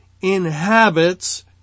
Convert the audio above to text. inhabits